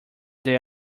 that